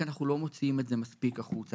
כי אנחנו לא מוציאים את זה מספיק החוצה,